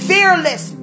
Fearless